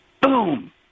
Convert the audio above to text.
Boom